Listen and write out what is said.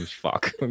Fuck